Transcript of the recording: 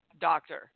doctor